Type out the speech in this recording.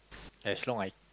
as long I